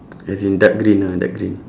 as in dark green ah dark green